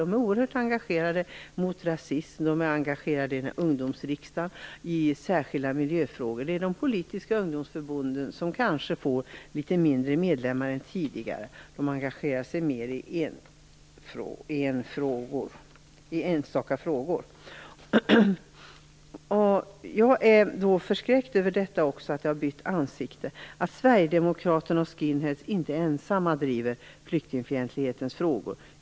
De är oerhört engagerade mot rasism. De är också engagerade i miljöfrågor i en ungdomsriksdag. De politiska ungdomsförbunden har kanske färre medlemmar än tidigare. Ungdomarna engagerar sig mera i enstaka frågor. Jag är också förskräckt över att rasismen har bytt ansikte. Sverigedemokraterna och skinheads är inte ensamma om att driva frågor om flyktingfientlighet.